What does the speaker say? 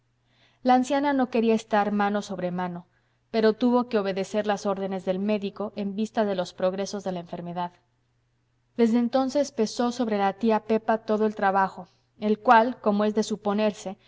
la anciana no quería estar mano sobre mano pero tuvo que obedecer las órdenes del médico en vista de los progresos de la enfermedad desde entonces pesó sobre la tía pepa todo el trabajo el cual como es de suponerse